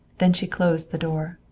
then she closed the door.